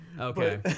Okay